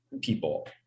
people